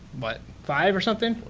what? five or something?